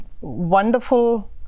wonderful